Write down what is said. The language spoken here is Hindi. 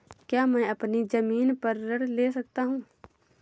क्या मैं अपनी ज़मीन पर ऋण ले सकता हूँ?